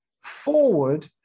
forward